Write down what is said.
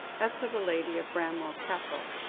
as to the lady of bramwell castle.